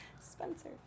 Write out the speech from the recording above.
Spencer